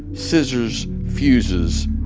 scissors, fuses,